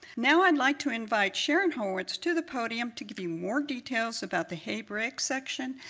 now i'd like to invite sharon horowitz to the podium to give you more details about the hebraic section,